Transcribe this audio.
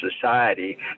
society